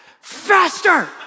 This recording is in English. faster